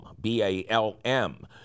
B-A-L-M